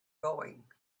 going